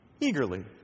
eagerly